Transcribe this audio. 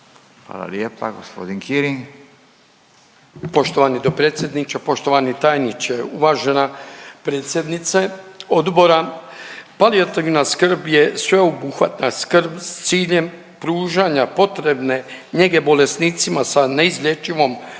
Hvala lijepa. Gospodin Kirin. **Kirin, Ivan (HDZ)** Poštovani dopredsjedniče, poštovani tajniče, uvažena predsjednice odbora. Palijativna skrb je sveobuhvatna skrb s ciljem pružanja potrebne njege bolesnicima sa neizlječivom